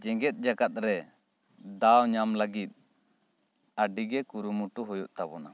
ᱡᱮᱜᱮᱛ ᱡᱟᱠᱟᱛ ᱨᱮ ᱫᱟᱣ ᱧᱟᱢ ᱞᱟᱹᱜᱤᱫ ᱟᱹᱰᱤ ᱜᱮ ᱠᱩᱨᱩᱢᱩᱴᱩ ᱦᱩᱭᱩᱜ ᱛᱟᱵᱚᱱᱟ